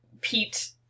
Pete